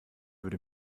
würde